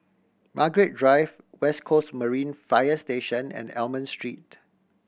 Margaret Drive West Coast Marine Fire Station and Almond Street